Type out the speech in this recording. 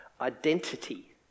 identity